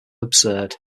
absurd